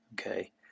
Okay